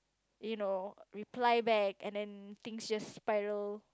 you know reply back and then things just spiral